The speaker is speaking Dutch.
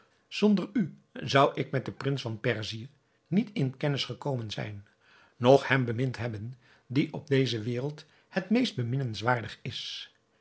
zonder u zou ik met den prins van perzië niet in kennis gekomen zijn noch hem bemind hebben die op deze wereld het meest beminnenswaardig is